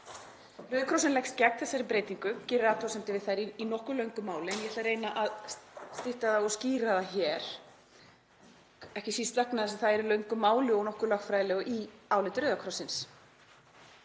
Rauði krossinn leggst gegn þessari breytingu, gerir athugasemdir við þær í nokkuð löngu máli en ég ætla að reyna að stytta þær og skýra hér, ekki síst vegna þess að þetta er í löngu máli og nokkuð lögfræðilegu í áliti Rauða krossins.